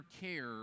care